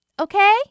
Okay